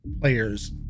players